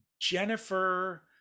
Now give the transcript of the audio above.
Jennifer